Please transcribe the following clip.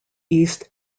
east